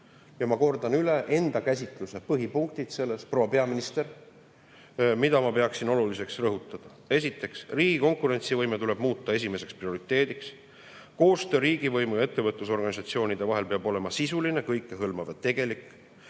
Ma kordan üle enda käsitluse põhipunktid, proua peaminister, mida ma pean oluliseks rõhutada. Esiteks, riigi konkurentsivõime tuleb muuta esimeseks prioriteediks. Koostöö riigivõimu ja ettevõtlusorganisatsioonide vahel peab olema sisuline, kõikehõlmav ja tegelik.